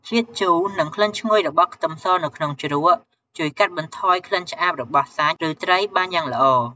ជាតិជូរ និងក្លិនឈ្ងុយរបស់ខ្ទឹមសនៅក្នុងជ្រក់ ជួយកាត់បន្ថយក្លិនឆ្អាបរបស់សាច់ ឬត្រីបានយ៉ាងល្អ។